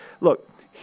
Look